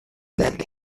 that